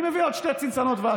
אני מביא עוד שתי צנצנות דבש.